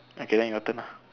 okay then your turn ah